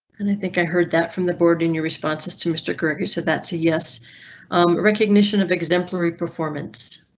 and i think i heard that from the board in your responses to mr. kruger. so that's a yes recognition of exemplary performance.